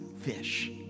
fish